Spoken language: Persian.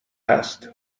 هست